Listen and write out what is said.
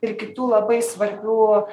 ir kitų labai svarbių